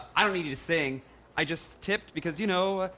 i don't need you to sing i just tipped because you know.